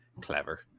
clever